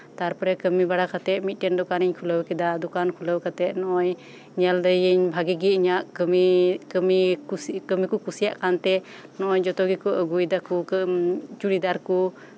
ᱛᱟᱨᱯᱚᱨᱮ ᱠᱟᱹᱢᱤ ᱵᱟᱲᱟ ᱠᱟᱛᱮᱜ ᱢᱤᱫᱴᱮᱱ ᱫᱚᱠᱟᱱ ᱤᱧ ᱠᱷᱩᱞᱟᱹᱣ ᱠᱮᱫᱟ ᱫᱚᱠᱟᱱ ᱠᱷᱩᱞᱟᱹᱣ ᱠᱟᱛᱮᱜ ᱧᱮᱞ ᱫᱟᱭᱤᱧ ᱵᱷᱟᱹᱜᱤ ᱜᱮ ᱤᱧᱟᱜ ᱠᱟᱹᱢᱤ ᱠᱟᱹᱢᱤ ᱠᱚ ᱠᱩᱥᱤᱭᱟᱜ ᱠᱟᱱᱛᱮ ᱱᱚᱜᱼᱚᱭ ᱡᱚᱛᱚ ᱜᱮᱠᱚ ᱟᱹᱜᱩᱭ ᱫᱟᱠᱚ ᱪᱩᱲᱤᱫᱟᱨ ᱠᱚ